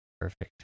Perfect